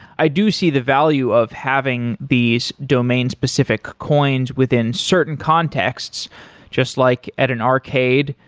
i do see the value of having these domain-specific coins within certain contexts just like at an arcade,